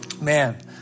Man